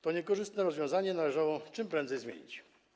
To niekorzystne rozwiązanie należało czym prędzej zmienić.